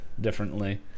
differently